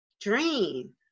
dream